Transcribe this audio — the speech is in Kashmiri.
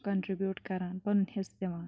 کَنٹِرٛبیوٗٹ کَران پںُن حِصہٕ دِوان